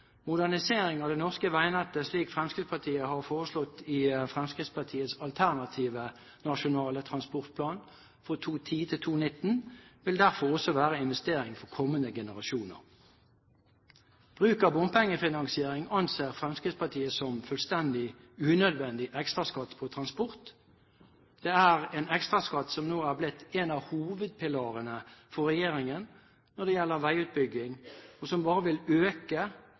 Modernisering av det norske veinettet, slik Fremskrittspartiet har foreslått i Fremskrittspartiets alternative nasjonale transportplan for 2010–2019, vil derfor også være en investering for kommende generasjoner. Bruk av bompengefinansiering anser Fremskrittspartiet som en fullstendig unødvendig ekstraskatt på transport. Det er en ekstraskatt som nå er blitt en av hovedpilarene for regjeringen når det gjelder veiutbygging, og som bare vil øke